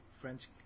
French